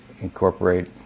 incorporate